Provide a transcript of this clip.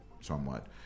somewhat